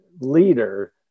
leader